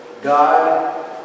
God